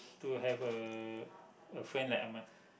to have a a friend like ahmad